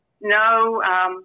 no